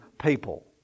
people